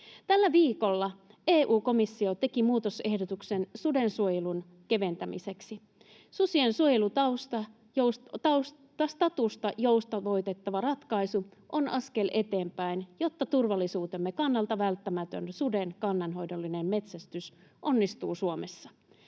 Tällä viikolla EU-komissio teki muutosehdotuksen sudensuojelun keventämiseksi. Susien suojelustatusta joustavoittava ratkaisu on askel eteenpäin, jotta turvallisuutemme kannalta välttämätön suden kannanhoidollinen metsästys onnistuu Suomessa.